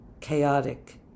chaotic